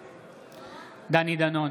בעד דני דנון,